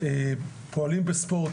פועל בספורט,